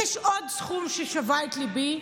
יש עוד סכום ששבה את ליבי: